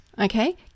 Okay